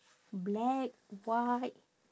black white